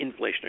inflationary